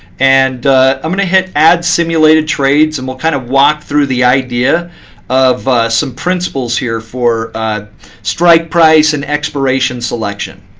and i'm going to hit add simulated trades, and we'll kind of walk through the idea of some principles here for strike price and expiration selection.